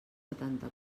setanta